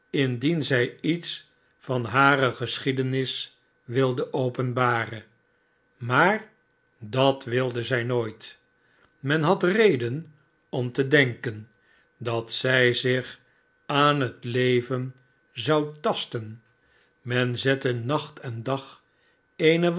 indien zij iets van hare geschiedenis wilde openbaren maar dit wilde zij nooit men had reden omtedenken r dat zij zich aan het leven zou tasten men zette nacht en dag eene